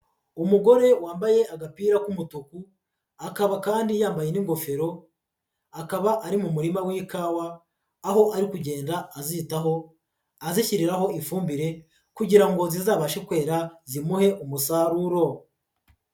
Umugore wambaye agapira k'umutuku akaba kandi yambaye n'ingofero akaba ari mu murima w'ikawa, aho ari kugenda azitaho azishyiriraho ifumbire kugira ngo zizabashe kwera zimuhe umusaruro.